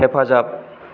हेफाजाब